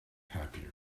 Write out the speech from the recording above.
happier